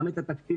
גם את התקציב,